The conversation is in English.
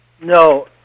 No